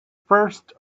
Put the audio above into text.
first